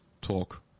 Talk